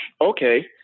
Okay